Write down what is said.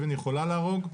אבן יכולה להרוג.